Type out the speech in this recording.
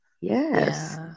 Yes